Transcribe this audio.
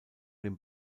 dem